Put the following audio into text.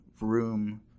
room